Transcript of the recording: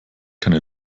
keine